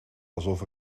alsof